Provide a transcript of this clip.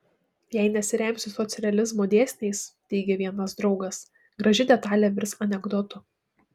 jei nesiremsi socrealizmo dėsniais teigė vienas draugas graži detalė virs anekdotu